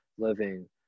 Living